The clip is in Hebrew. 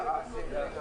אז אנחנו מצביעים על?